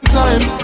time